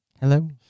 Hello